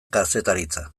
kazetaritza